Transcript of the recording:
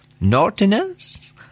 naughtiness